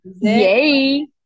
Yay